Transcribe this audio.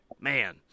Man